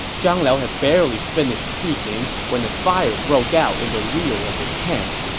zhang liao had barely finished speaking when a fire broke out in the rear of his camp,